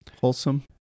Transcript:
wholesome